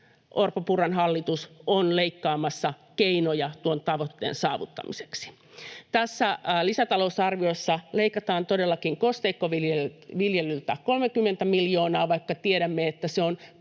Orpon—Purran hallitus on leikkaamassa keinoja tuon tavoitteen saavuttamiseksi. Tässä lisätalousarviossa leikataan todellakin kosteikkoviljelyltä 30 miljoonaa, vaikka tiedämme, että se on